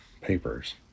papers